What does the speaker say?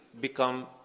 become